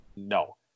No